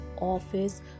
office